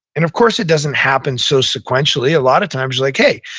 and of course, it doesn't happen so sequentially. a lot of times, you're like, hey.